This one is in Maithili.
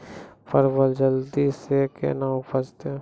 परवल जल्दी से के ना उपजाते?